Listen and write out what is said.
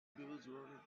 buzzword